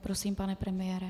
Prosím, pane premiére.